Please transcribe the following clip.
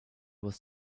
was